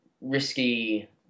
risky